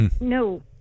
no